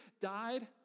died